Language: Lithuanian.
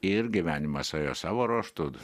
ir gyvenimas ėjo savo ruožtu